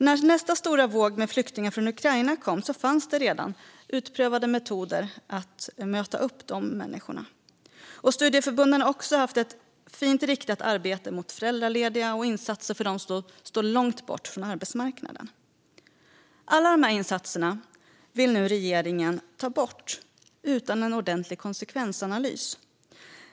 När nästa stora våg med flyktingar kom från Ukraina fanns det redan väl utprövade metoder för att möta upp dessa människor. Studieförbunden har också haft ett fint riktat arbete mot föräldralediga och insatser för dem som står långt från arbetsmarknaden. Alla dessa insatser vill regeringen nu ta bort, utan en ordentlig konsekvensanalys.